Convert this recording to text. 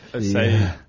say